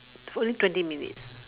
only twenty minutes